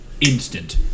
instant